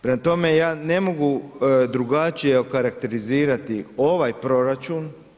Prema tome, ja ne mogu drugačije okarakterizirati ovaj proračun.